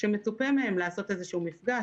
מצופה מהם לעשות איזשהו מפגש,